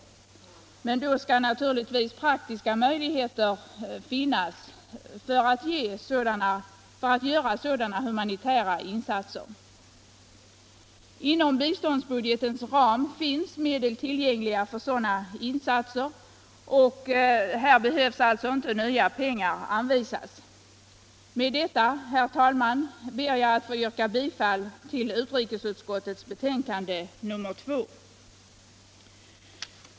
Men då måste naturligtvis praktiska möjligheter finnas för att göra sådana humanitära insatser. Inom biståndsbudgetens ram finns medel tillgängliga för sådana insatser. Här behöver alltså inte några nya pengar anvisas.